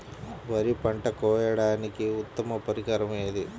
వరి పంట కోయడానికి ఉత్తమ పరికరం ఏది?